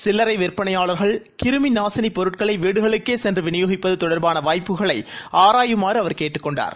சில்லறை விற்பனையாளர்கள் கிருமிநாசினி பொருட்களை வீடுகளுக்கே சென்று விநியோகிப்பது தொடர்பான வாய்ப்புகளை ஆராயுமாறு அவர் கேட்டுக் கொண்டார்